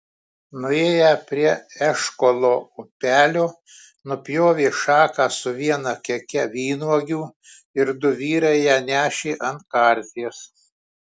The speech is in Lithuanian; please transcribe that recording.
nuėję prie eškolo upelio nupjovė šaką su viena keke vynuogių ir du vyrai ją nešė ant karties